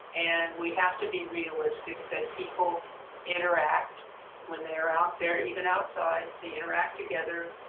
and we have to be realistic that people interact when they're out there even outside they interact together.